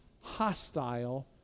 hostile